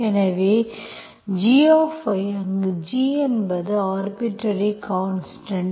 எனவே gy அங்கு G என்பது ஆர்பிட்டர்ரி கான்ஸ்டன்ட்